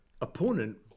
opponent